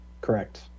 correct